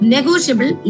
Negotiable